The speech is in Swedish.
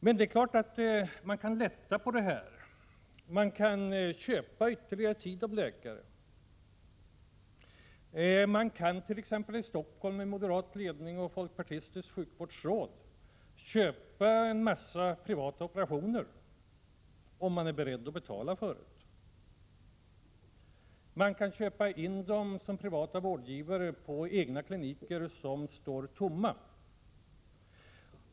Men det är klart att man kan lätta på trycket på slutenvårdsinrättningarna genom att köpa ytterligare tid av läkarna. I t.ex. Stockholm, med moderat ledning och med ett folkpartistiskt sjukvårdslandstingsråd, kan man naturligtvis köpa en mängd privata operationer, om man är beredd att betala för det. Man kan köpa in dem hos privata vårdgivare på egna kliniker som står tomma.